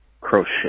Crochet